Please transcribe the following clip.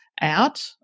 out